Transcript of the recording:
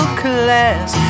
class